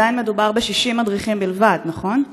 עדיין מדובר ב-60 מדריכים בלבד, נכון?